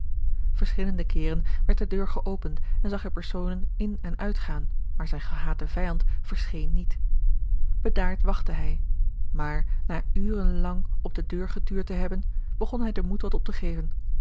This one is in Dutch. keeren werd de deur geopend en zag hij personen in en uitgaan maar zijn gehate vijand verscheen niet bedaard wachtte hij maar na uren lang op de deur getuurd te hebben begon hij den moed wat op te geven